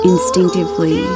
Instinctively